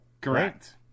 Correct